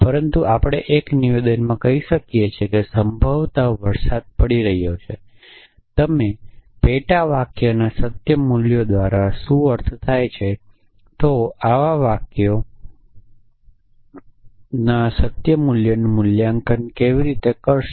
પરંતુ આપણે એક નિવેદનમાં કહી શકીએ કે સંભવત વરસાદ પડી રહ્યો છે કે તમે પેટા વાક્યના સત્ય મૂલ્યો માટે શું અર્થ કરો છો તમે આવા વાક્યના સત્ય મૂલ્ય નું મૂલ્યાંકન કેવી રીતે કરશો